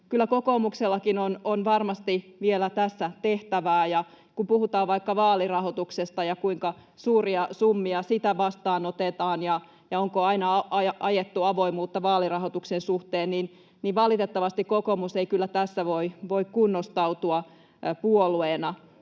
kyllä kokoomuksellakin on varmasti vielä tässä tehtävää. Kun puhutaan vaikka vaalirahoituksesta ja siitä, kuinka suuria summia sitä vastaanotetaan ja onko aina ajettu avoimuutta vaalirahoituksen suhteen, niin valitettavasti kokoomus ei kyllä tässä voi kunnostautua puolueena.